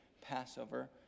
passover